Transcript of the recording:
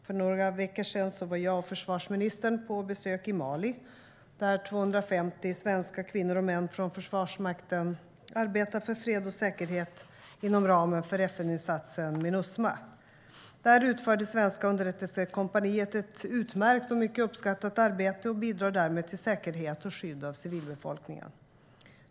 För några veckor sedan var jag och försvarsministern på besök i Mali, där 250 svenska kvinnor och män från Försvarsmakten arbetar för fred och säkerhet inom ramen för FN-insatsen Minusma. Där utför det svenska underrättelsekompaniet ett utmärkt och mycket uppskattat arbete och bidrar därmed till säkerhet och skydd av civilbefolkningen.